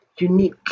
Unique